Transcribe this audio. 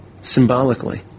symbolically